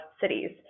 cities